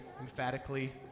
emphatically